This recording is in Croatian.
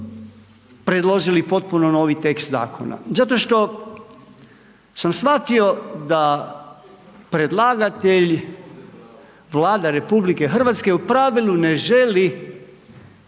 predložili potpuno novi tekst zakona? Zato što sam shvatio da predlagatelj Vlada RH u pravilu ne želi